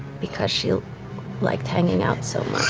because she liked hanging out so